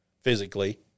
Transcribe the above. physically